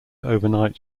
overnight